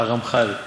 הרמח"ל.